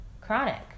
Chronic